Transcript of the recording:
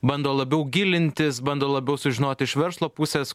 bando labiau gilintis bando labiau sužinot iš verslo pusės